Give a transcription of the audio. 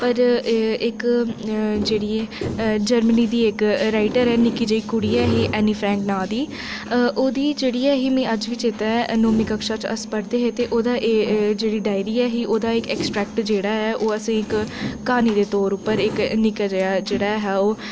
पर इक जेह्ड़ी जर्मनी दी इक राइटर ऐ निक्की जेही कुड़ी ऐ ही ऐनफिक नांऽ दी ओह्दी जेह्ड़ी ऐ ही मिगी अज्ज बी चेता नौमीं कक्षा च अस पढ़दे हे ते ओह्दी जेह्ड़ी डायरी ऐ ही ओह् दा इक ऐक्सट्रैक्ट जेह्ड़ा ऐ ओह् असें इक क्हानी दे तौर उप्पर इक निक्का जेहा जेह्ड़ा ऐ हा ओह्